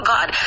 God